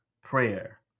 prayer